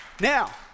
Now